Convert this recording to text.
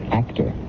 actor